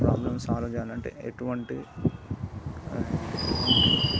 problem solve చెయ్యాలి అంటే ఎటువంటి ఎటువంటి